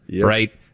right